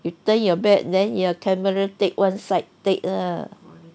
you turn your back then your camera take one side take lah